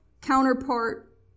counterpart